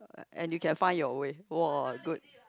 and you can find your way !wah! good